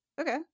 Okay